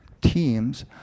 Teams